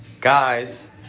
Guys